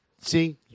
See